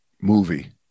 movie